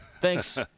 Thanks